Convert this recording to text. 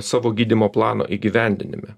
savo gydymo plano įgyvendinime